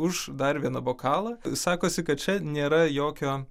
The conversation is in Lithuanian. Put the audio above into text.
už dar vieną bokalą sakosi kad čia nėra jokio